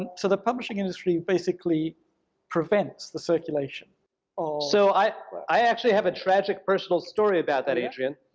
and so the publishing industry basically prevents the circulation of so, i i actually have a tragic personal story about that, adrian.